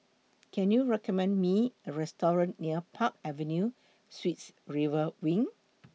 Can YOU recommend Me A Restaurant near Park Avenue Suites River Wing